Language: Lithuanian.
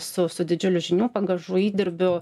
su su didžiuliu žinių bagažu įdirbiu